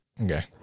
Okay